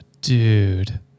dude